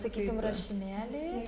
sakykim rašinėliai